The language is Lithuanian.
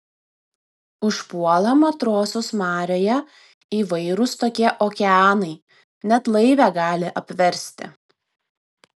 užpuola matrosus marioje įvairūs tokie okeanai net laivę gali apversti